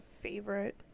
favorite